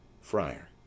Friar